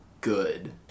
good